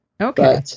Okay